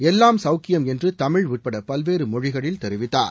எல்லாம் கவுக்கியம் என்று தமிழ் உட்பட பல்வேறு மொழிகளில் தெரிவித்தார்